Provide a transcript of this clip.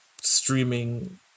streaming